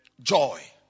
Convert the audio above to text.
joy